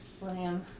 William